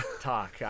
talk